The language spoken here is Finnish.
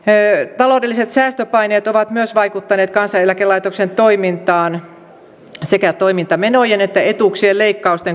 taloudelliset säästöpaineet ovat vaikuttaneet myös kansaneläkelaitoksen toimintaan sekä toimintamenojen että etuuksien leikkausten kautta